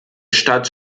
stadt